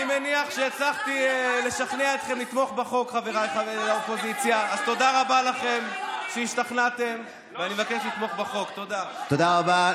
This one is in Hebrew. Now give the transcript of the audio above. שום דבר דמוקרטי אין לכם, העם קבע,